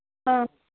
ஆ